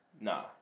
Nah